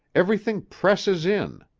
everything presses in.